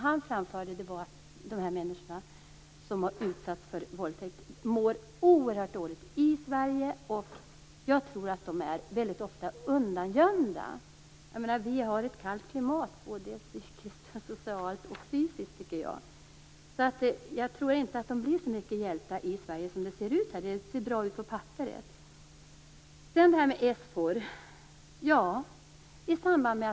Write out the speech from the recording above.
Han framförde att människor som har utsatts för våldtäkt mår oerhört dåligt i Sverige. Jag tror att de väldigt ofta är undangömda. Vi har ett kallt klimat, både psykiskt, socialt och fysiskt, tycker jag. Så jag tror inte att de får så mycket hjälp i Sverige som det ser ut. Det ser bra ut på papperet. Så till SFOR.